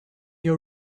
your